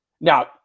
Now